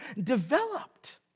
developed